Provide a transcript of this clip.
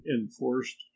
enforced